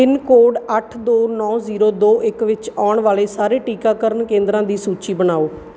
pin code ਅੱਠ ਦੋ ਨੌਂ ਜ਼ੀਰੋ ਦੋ ਇੱਕ ਵਿੱਚ ਆਉਣ ਵਾਲੇ ਸਾਰੇ ਟੀਕਾਕਰਨ ਕੇਂਦਰਾਂ ਦੀ ਸੂਚੀ ਬਣਾਓ